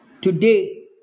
today